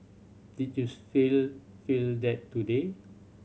did you feel feel that today